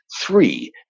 three